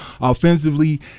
offensively